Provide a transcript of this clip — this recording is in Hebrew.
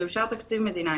כשיאושר תקציב מדינה,